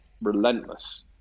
relentless